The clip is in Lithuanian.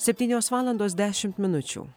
septynios valandos dešimt minučių